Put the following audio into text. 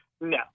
No